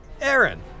Aaron